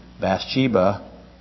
Bathsheba